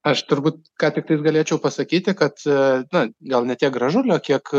aš turbūt ką tiktai galėčiau pasakyti kad na gal ne tiek gražulio kiek